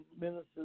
ministers